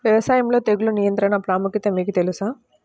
వ్యవసాయంలో తెగుళ్ల నియంత్రణ ప్రాముఖ్యత మీకు తెలుసా?